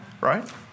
right